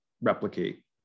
replicate